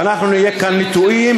ואנחנו נהיה כאן נטועים,